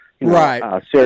Right